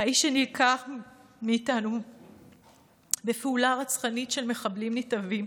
האיש שנלקח מאיתנו בפעולה רצחנית של מחבלים נתעבים,